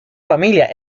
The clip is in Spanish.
familia